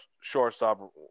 Shortstop